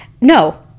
No